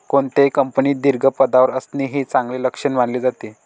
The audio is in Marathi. कोणत्याही कंपनीत दीर्घ पदावर असणे हे चांगले लक्षण मानले जाते